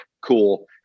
Cool